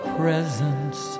presence